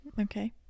Okay